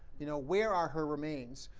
you know where are her remains.